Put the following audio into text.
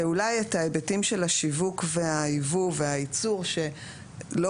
ואולי את ההיבטים של השיווק והייבוא והייצור שלא